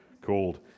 called